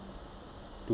to